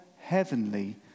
heavenly